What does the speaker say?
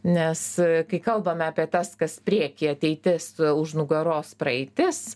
nes kai kalbame apie tas kas prieky ateitis už nugaros praeitis